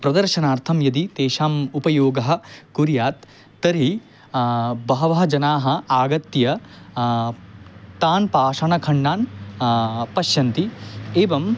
प्रदर्शनार्थं यदि तेषाम् उपयोगः कुर्यात् तर्हि बहवः जनाः आगत्य तान् पाषाणखण्डान् पश्यन्ति एवम्